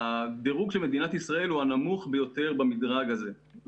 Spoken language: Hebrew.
הדירוג של מדינת ישראל הוא הנמוך ביותר במדרג הזה,